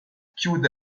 chiude